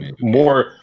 more